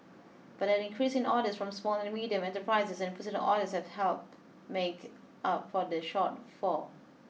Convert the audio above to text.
but an increase in orders from small and medium enterprises and personal orders has help make up for the shortfall